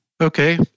Okay